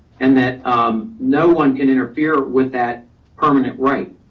and that no one can interfere with that permanent right.